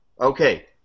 Okay